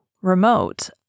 remote